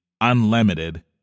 Unlimited